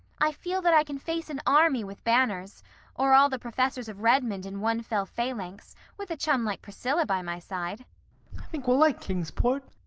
i feel that i can face an army with banners or all the professors of redmond in one fell phalanx with a chum like priscilla by my side. i think we'll like kingsport,